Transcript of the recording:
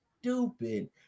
stupid